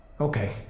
Okay